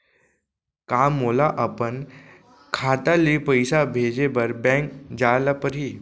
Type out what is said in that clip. का मोला अपन खाता ले पइसा भेजे बर बैंक जाय ल परही?